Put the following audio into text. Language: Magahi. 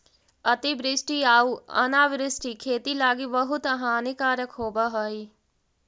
अतिवृष्टि आउ अनावृष्टि खेती लागी बहुत हानिकारक होब हई